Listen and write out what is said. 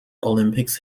olympics